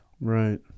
right